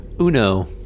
uno